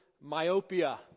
myopia